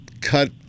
cut